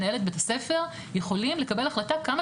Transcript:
מנהלת בית הספר יכולים לקבל החלטה כמה